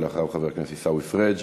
אחריו, חבר הכנסת עיסאווי פריג',